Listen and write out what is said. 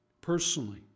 personally